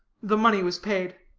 the money was paid.